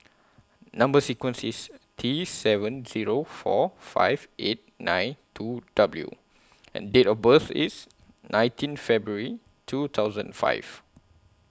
Number sequence IS T seven Zero four five eight nine two W and Date of birth IS nineteen February two thousand five